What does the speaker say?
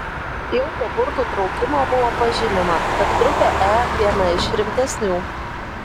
jau po burtų traukimo buvo pažymima kad grupė e viena iš rimtesnių